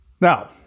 Now